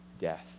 death